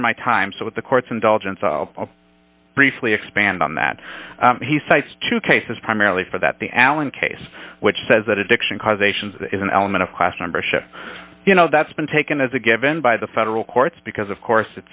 over my time so with the court's indulgence i'll briefly expand on that he cites two cases primarily for that the alan case which says that addiction causation is an element of class membership you know that's been taken as a given by the federal courts because of course